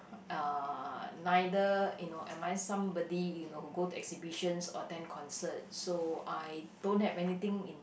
uh neither you know am I somebody you know who go to exhibitions or attend concerts so I don't have anything in